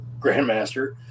grandmaster